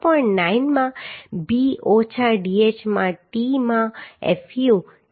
9 માં B ઓછા dh માં t માં fu